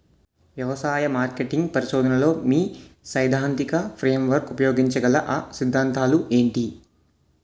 వ్యవసాయ మార్కెటింగ్ పరిశోధనలో మీ సైదాంతిక ఫ్రేమ్వర్క్ ఉపయోగించగల అ సిద్ధాంతాలు ఏంటి?